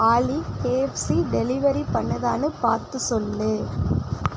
ஆலி KFC delivery பண்ணுதான்னு பார்த்து சொல்